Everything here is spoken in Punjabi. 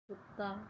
ਕੁੱਤਾ